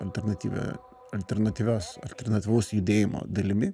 alternatyvia alternatyvios alternatyvaus judėjimo dalimi